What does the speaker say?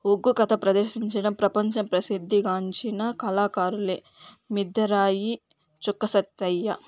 ఒగ్గు కథ ప్రదర్శించిన ప్రపంచ ప్రసిద్ధి గాంచిన కళాకారులే మిద్దెరాయి చుక్క సత్తయ్య